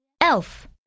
Elf